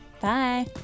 Bye